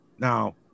Now